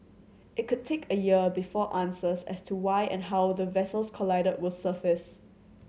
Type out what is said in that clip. it could take a year before answers as to why and how the vessels collided were surface